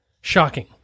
shocking